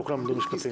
לא כולם למדו משפטים.